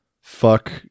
Fuck